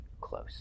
close